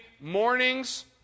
mornings